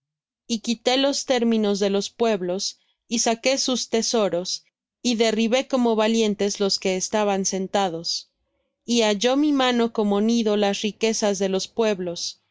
y quité los términos de los pueblos y saqué sus tesoros y derribé como valientes los que estaban sentados y halló mi mano como nido las riquezas de los pueblos y